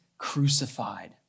Crucified